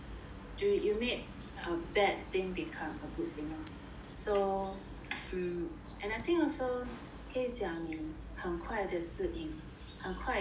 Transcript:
do you made a bad thing become a good thing lor so um and I think also 可以讲你很快的适应很快的